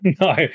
No